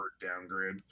downgrade